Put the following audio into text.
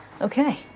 Okay